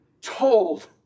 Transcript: told